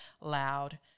loud